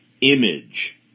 image